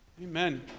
Amen